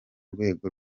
rwego